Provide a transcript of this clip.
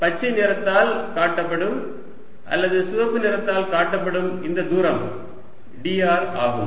எனவே பச்சை நிறத்தால் காட்டப்படும் அல்லது சிவப்பு நிறத்தால் காட்டப்படும் இந்த தூரம் dr ஆகும்